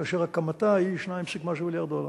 כאשר הקמתה היא 2 פסיק משהו מיליארד דולר.